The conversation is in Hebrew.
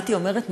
הייתי אומרת,